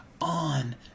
on